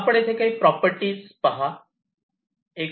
येथे आपण काही प्रॉपर्टीज गुणधर्म पहा